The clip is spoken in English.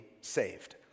saved